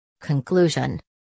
Conclusion